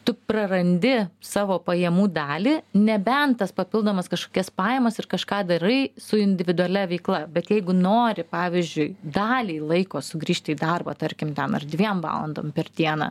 tu prarandi savo pajamų dalį nebent tas papildomas kažkokias pajamas ir kažką darai su individualia veikla bet jeigu nori pavyzdžiui dalį laiko sugrįžti į darbą tarkim ten ar dviem valandom per dieną